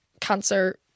cancer